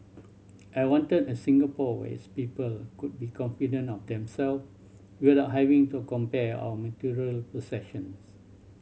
I wanted a Singapore where its people could be confident of themselves without having to compare our material possessions